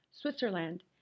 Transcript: Switzerland